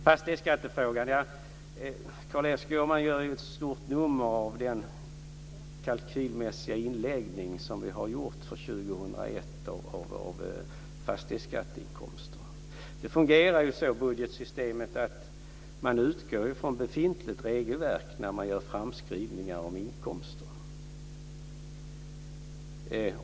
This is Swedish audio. Carl-Erik Skårman gör ett stort nummer av den kalkylmässiga inläggning som vi har gjort för 2001 av fastighetsskatteinkomster. Budgetsystemet fungerar så att man utgår från befintligt regelverk när man gör framskrivningar av inkomster.